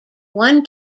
one